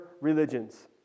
religions